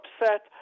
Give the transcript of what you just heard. upset